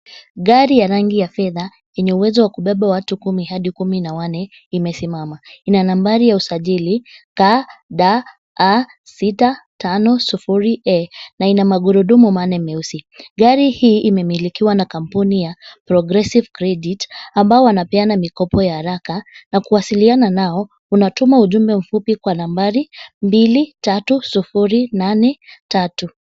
Gari ya rangi ya fedha, yenye uwezo wa kubeba watu kumi hadi kumi na wanne imesimama. Ina nambari ya usajili KAD 650A na ina magurudumu manne meusi. Gari hii imemilikiwa na kampuni ya Progressive Credit, ambao wanapeana mikopo ya haraka. Na kuwasiliana nao, unatuma ujumbe mfupi kwa nambari 23083.